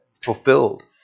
fulfilled